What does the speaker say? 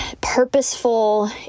purposeful